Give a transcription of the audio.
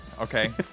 okay